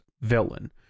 villain